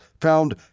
found